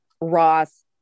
Ross